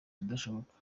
ibidashoboka